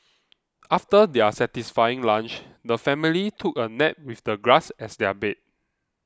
after their satisfying lunch the family took a nap with the grass as their bed